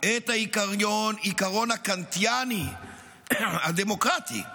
את העיקרון הקאנטיאני הדמוקרטי הבסיסי,